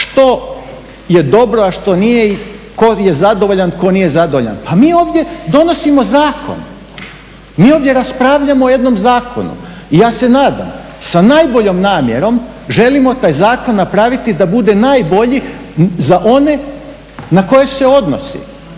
što je dobro, a što nije i tko je zadovoljan, tko nije zadovoljan, pa mi ovdje donosimo zakon, mi ovdje raspravljamo o jednom zakonu. Ja se nadam sa najboljom namjerom želimo taj zakon napraviti da bude najbolji za one na koje se odnosi.